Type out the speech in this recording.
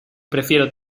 prefiero